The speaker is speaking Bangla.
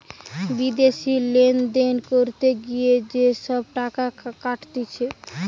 বিদেশি লেনদেন করতে গিয়ে যে সব টাকা কাটতিছে